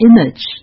image